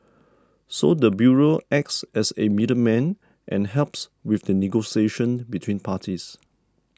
so the bureau acts as a middleman and helps with the negotiation between parties